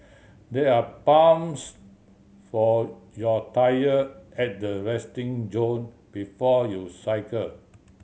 there are pumps for your tyre at the resting zone before you cycle